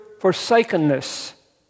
forsakenness